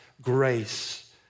grace